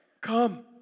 come